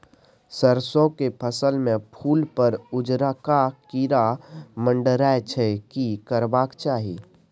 सरसो के फसल में फूल पर उजरका कीरा मंडराय छै की करबाक चाही?